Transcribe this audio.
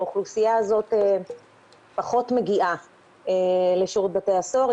האוכלוסייה הזאת פחות מגיעה לשירות בתי הסוהר.